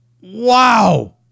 Wow